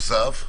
לצערנו הרב,